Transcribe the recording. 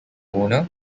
owner